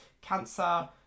cancer